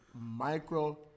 micro